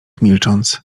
milcząc